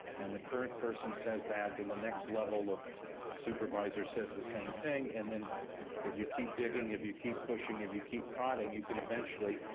and the current person says that, then the next level of supervisors says the same thing, and then if you keep digging, if you keep pushing, if you keep prodding, you can eventually,